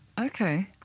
okay